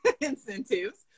incentives